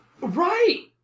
Right